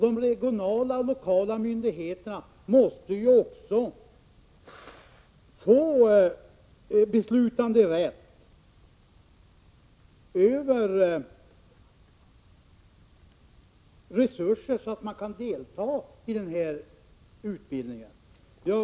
De regionala och lokala myndigheterna måste få rätt att besluta över resurser så att man kan delta i utbildningen.